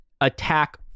attack